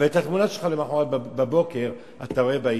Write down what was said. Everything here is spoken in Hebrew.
אבל את התמונה שלך למחרת בבוקר אתה רואה בעיתון.